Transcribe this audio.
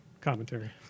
commentary